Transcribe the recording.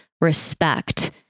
respect